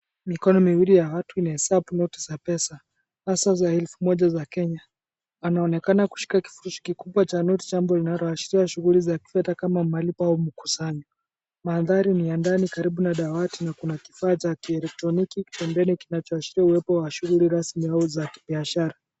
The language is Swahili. Mikono miwili ya watu inaheshimu pesa za elfu moja za Kenya. Anaonekana kushika kifurushi kikubwa cha noti. Jambo linaloashiria shughuli zao za makusanyo. Mandhari ni ya darasani na kuna kifaa cha kielektroniki pembeni kinachoashiria shughuli rasmi au za kibiashara.